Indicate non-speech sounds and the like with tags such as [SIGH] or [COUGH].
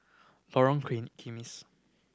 Lorong [UNINTELLIGIBLE] Kimis